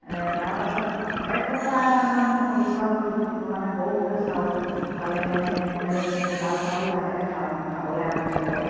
তাৰপাছত এসপ্তাহমান খুন্দো চাউল মানে সৰু সৰু চাউল খালে মানে সিহঁতে গোটা চাউলো লাহেকে খাবলে আৰম্ভ কৰে